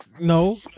no